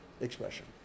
expression